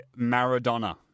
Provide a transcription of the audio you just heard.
Maradona